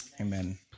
Amen